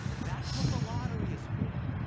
that's what the lottery is for.